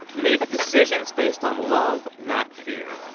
make decisions based on love, not fear.